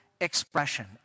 expression